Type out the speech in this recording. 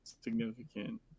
significant